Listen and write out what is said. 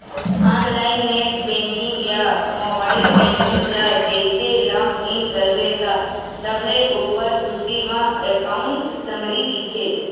online net banking या mobile banking ल जइसे लॉग इन करबे त सबले उप्पर सूची म एकांउट समरी दिखथे